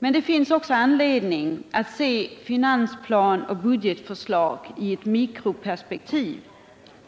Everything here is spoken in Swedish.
men det finns anledning att se finansplan och budgetförslag också i mikroperspektiv